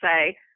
say